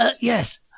Yes